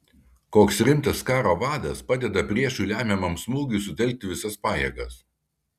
koks rimtas karo vadas padeda priešui lemiamam smūgiui sutelkti visas pajėgas